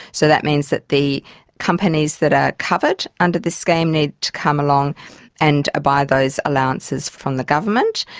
so that means that the companies that are covered under the scheme needs to come along and buy those allowances from the government.